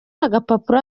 agapapuro